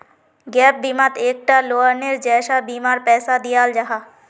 gap बिमात एक टा लोअनेर जैसा बीमार पैसा दियाल जाहा